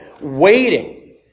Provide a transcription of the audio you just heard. waiting